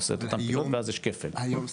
עושה את אותם פעילויות ואז יש כפל --- סליחה,